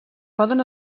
poden